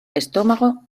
estómago